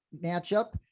matchup